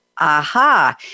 Aha